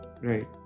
Right